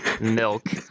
milk